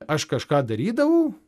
aš kažką darydavau